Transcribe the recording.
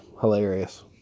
hilarious